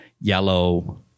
yellow